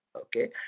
okay